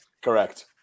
Correct